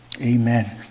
Amen